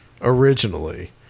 originally